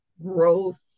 growth